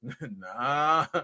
nah